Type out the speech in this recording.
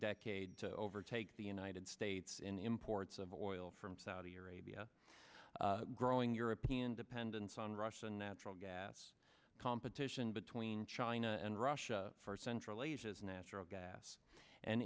decade to overtake the united states in imports of oil from saudi arabia growing european dependence on russian natural gas competition between china and russia for central asia as natural gas and